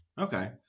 Okay